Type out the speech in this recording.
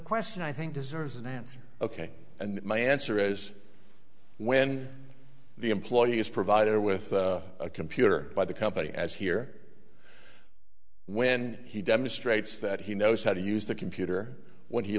question i think deserves an answer ok and my answer is when the employee is provided with a computer by the company as here when he demonstrates that he knows how to use the computer when he